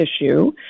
issue